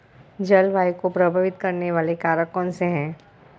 जलवायु को प्रभावित करने वाले कारक कौनसे हैं?